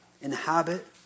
inhabit